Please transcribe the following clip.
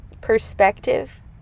perspective